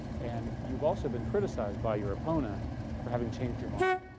and you've also been criticized by your opponent for having changed your mind.